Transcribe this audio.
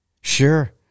Sure